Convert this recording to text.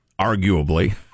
arguably